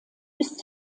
ist